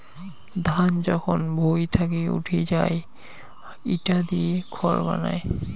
ধান যখন ভুঁই থাকি উঠি যাই ইটা দিয়ে খড় বানায়